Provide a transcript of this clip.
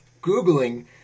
Googling